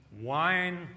wine